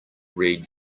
read